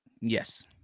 Yes